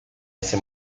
ese